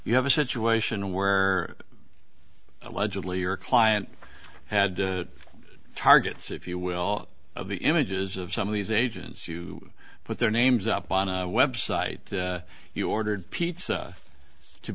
you have a situation where allegedly your client had targets if you will of the images of some of these agents you put their names up on a website you ordered pizza to